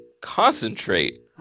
concentrate